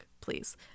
please